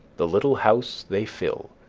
the little house they fill,